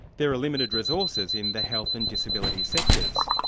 there are limited resources in the health and disability sectors.